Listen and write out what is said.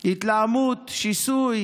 התלהמות, שיסוי